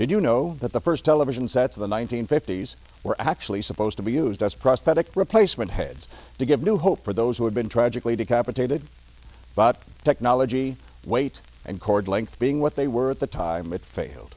did you know that the first television sets of the nineteen fifties were actually supposed to be used as prosthetic replacement heads to give new hope for those who had been tragically to capitated but technology weight and cord length being what they were at the time it failed